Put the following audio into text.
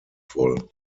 voll